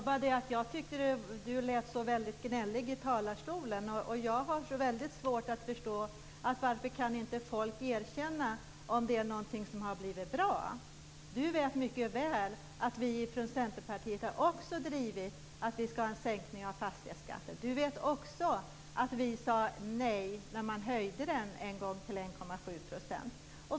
Herr talman! Det var bara det att jag tyckte att Erling Bager lät så väldigt gnällig i sitt anförande. Om det är någonting som har blivit bra har jag svårt att förstå varför man inte kan erkänna det. Erling Bager vet mycket väl att vi från Centerpartiet också har drivit frågan om en sänkning av fastighetsskatten. Erling Bager vet också att vi sade nej till höjningen till 1,7 %.